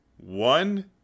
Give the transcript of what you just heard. one